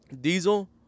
Diesel